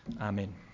Amen